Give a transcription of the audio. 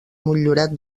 motllurat